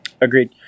agreed